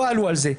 לא עלו על זה.